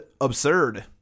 Absurd